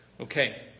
Okay